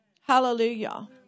Hallelujah